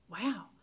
wow